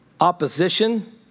opposition